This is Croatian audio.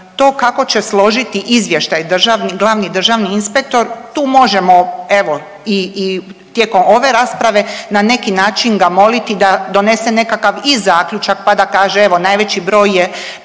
To kako će složiti izvještaj glavni državni inspektor, tu možemo, evo i tijekom ove rasprave na neki način ga moliti da donese nekakav i zaključak pa da kaže, evo, najveći broj je